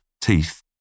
teeth